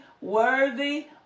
worthy